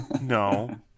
No